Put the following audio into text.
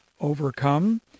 overcome